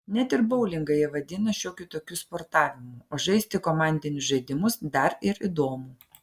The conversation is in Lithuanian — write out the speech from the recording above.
net ir boulingą ji vadina šiokiu tokiu sportavimu o žaisti komandinius žaidimus dar ir įdomu